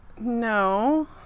No